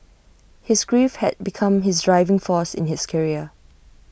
his grief had become his driving force in his career